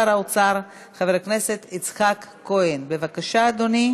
עברה בקריאה ראשונה ועוברת לוועדת העבודה,